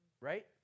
right